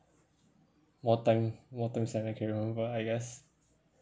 more time more times than I can remember I guess